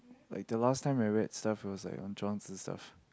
like the last time I went the staff was Johnson serve